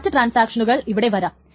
മറ്റു ട്രാൻസാക്ഷനുകൾ ഇവിടെ വരാം